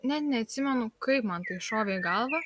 net neatsimenu kaip man tai šovė į galvą